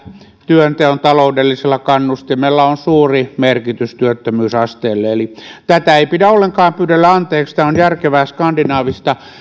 työnteon taloudellisella kannustimella on suuri merkitys työttömyysasteelle eli tätä ei pidä ollenkaan pyydellä anteeksi tämä on järkevää skandinaavista